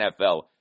NFL